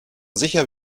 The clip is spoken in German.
sicher